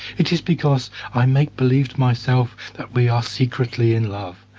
it is because i make believe to myself that we are secretly in love,